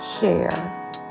share